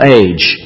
age